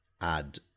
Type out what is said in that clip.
add